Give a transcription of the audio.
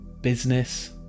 business